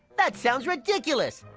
that sounds ridiculous!